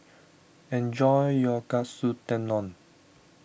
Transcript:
enjoy your Katsu Tendon